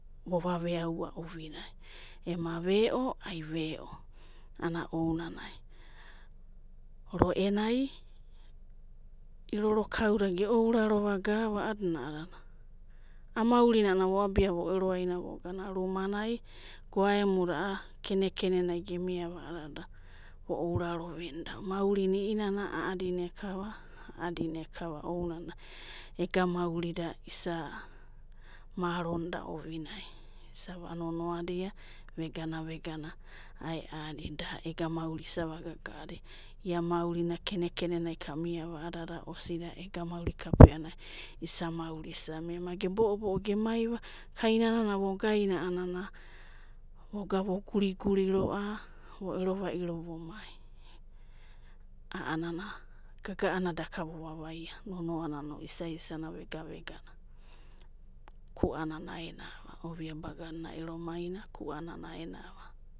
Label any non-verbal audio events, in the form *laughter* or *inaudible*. Vova veana ovinai, ema ve'o, ai ve'o, ana ounanai roenai, irororauda geourarova ava a'adina a'anana a'a maurina vo'abia vo'ero aima vogana rumanai, goaemuda, a'a rene renenai gamava a'adada vo ouraro venidia maurina i'inana a'adina ekava *unintelligible* ounanai, ega maunda isa maronida ovinai, isa *unintelligible* va gaga'adia, ia maurina rene rerenai kamiava a'adada osida ega mauri kapeanai, isa mauri, isa mia ema ge bo'o bo'o gemaiva, kainana ogainava, a'anana voga vo guriguri, roa vo'ero vairo vo mai, a'anana gaga'ana daka vovavaia, nonoanano isa'isana vega vega kuanana aenava ovia bagara ena erovairo kuanana aenava.